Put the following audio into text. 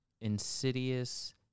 Insidious